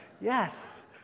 yes